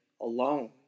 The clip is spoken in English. alone